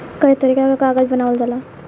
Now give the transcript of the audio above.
कई तरीका के कागज बनावल जाला